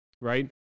right